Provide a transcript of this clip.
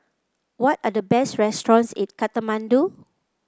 what are the best restaurants in Kathmandu